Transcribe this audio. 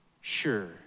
sure